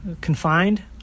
confined